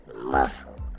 muscle